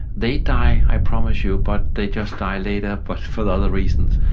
they die, i promise you, but they just die later but for other reasons.